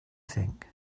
think